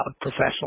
professional